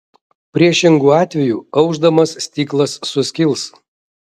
priešingu atveju aušdamas stiklas suskils